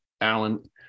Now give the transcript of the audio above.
Alan